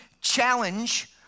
challenge